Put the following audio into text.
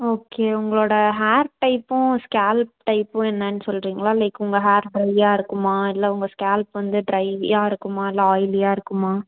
okay உங்களோடய hair டைப்பும் scalp டைப்பும் என்னன்னு சொல்கிறிங்களா லைக் உங்கள் ஹேர் ட்ரையாக இருக்குமா இல்லை உங்கள் ஸ்கேல்ப் வந்து ட்ரையாக இருக்குமா இல்லை ஆயிலியாக இருக்குமா